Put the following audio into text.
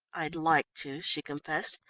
i'd like to, she confessed,